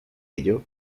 ello